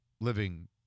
living